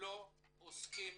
לא עוסקים